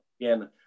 again